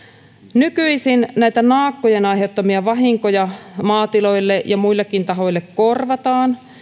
nykyisin naakkojen aiheuttamia vahinkoja maatiloille ja muillekin tahoille korvataan